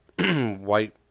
White